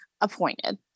appointed